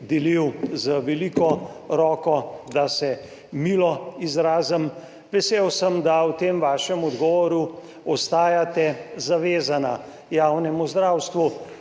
delil z veliko roko, da se milo izrazim. Vesel sem, da v tem vašem odgovoru ostajate zavezani javnemu zdravstvu.